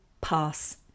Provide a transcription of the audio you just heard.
PASS